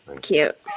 cute